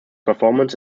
performance